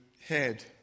head